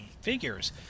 figures